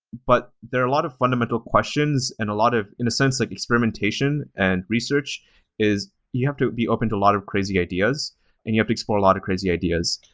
but there are a lot of fundamental questions and a lot of, in a sense, like experimentation and research is you have to be open to a lot of crazy ideas and you have to explore a lot of crazy ideas.